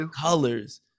colors